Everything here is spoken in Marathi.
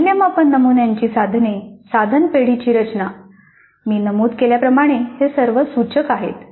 मूल्यमापन नमुन्यांची साधने साधन पेढीची रचना मी नमूद केल्याप्रमाणे हे सर्व सूचक आहेत